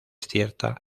cierta